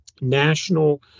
national